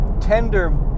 tender